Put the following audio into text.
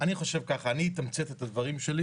אני חושב ככה: אני אתמצת את הדברים שלי